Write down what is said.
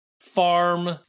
farm